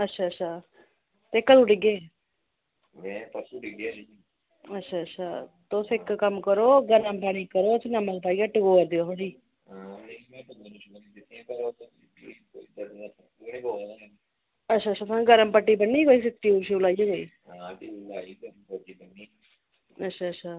अच्छा अच्छा ते कदूं डि'ग्गे हे में परसों डिग्गेआ हा अच्छा अच्छा तुस इक कम्म करो गर्म पानी करो नमक पाईयै उसी टगोर देओ थोह्ड़ी अच्छा अच्छा तुसें गर्म पट्टी ब'न्नी ही टयूब लाईयै हां टयूब लाई गर्म पट्टी ब'न्नी अच्छा अच्छा